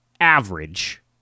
average